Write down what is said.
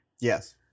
Yes